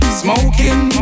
smoking